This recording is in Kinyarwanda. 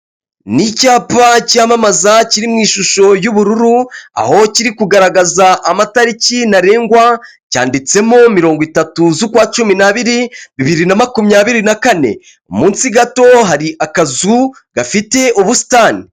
Ni icyapa cyamamaza kiri mu ishusho y'ubururu, aho kiri kugaragaza amatariki ntarengwa cyanditsemo mirongo itatu z'ukwa cumi n'abiri bibiri na makumyabiri na kane, munsi gato hari akazu gafite ubusitani.